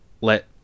let